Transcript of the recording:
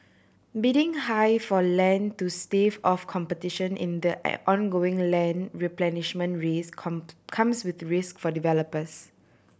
bidding high for land to stave off competition in the ongoing land replenishment race come comes with risk for developers